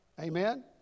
Amen